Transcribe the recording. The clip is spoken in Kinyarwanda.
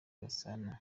gasana